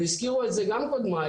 והזכירו את זה גם קודמיי,